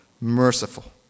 merciful